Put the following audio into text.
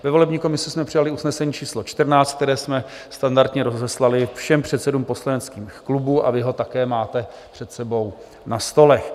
Ve volební komisi jsme přijali usnesení číslo 14, které jsme standardně rozeslali všem předsedům poslaneckých klubů, a vy ho také máte před sebou na stolech.